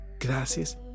Gracias